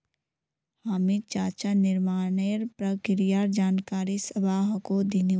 हामी चारा निर्माणेर प्रक्रियार जानकारी सबाहको दिनु